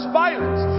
violence